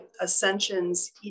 Ascension's